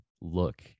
look